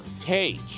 page